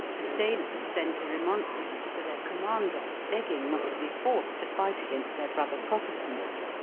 the sailors sent a remonstrance to their commander, begging not to be forced to fight against their brother protestants.